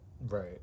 Right